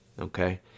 okay